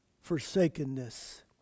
forsakenness